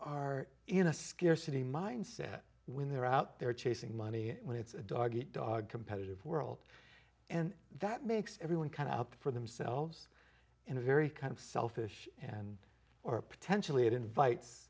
are in a scarcity mindset when they're out there chasing money when it's a dog eat dog competitive world and that makes everyone kind out for themselves in a very kind of selfish and or potentially it invites